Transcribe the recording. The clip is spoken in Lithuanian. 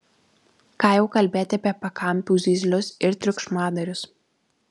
ką jau kalbėti apie pakampių zyzlius ir triukšmadarius